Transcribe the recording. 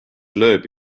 loeb